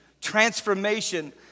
transformation